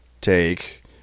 take